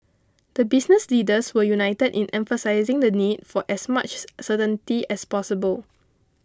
the business leaders were united in emphasising the need for as much certainty as possible